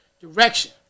Direction